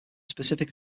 specific